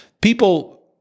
people